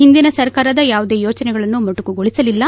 ಹಿಂದಿನ ಸರ್ಕಾರದ ಯಾವುದೇ ಯೋಜನೆಗಳನ್ನು ಮೊಟಕುಗೊಳಿಸಲಿಲ್ಲ